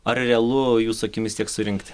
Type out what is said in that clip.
ar realu jūsų akimis tiek surinkti